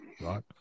right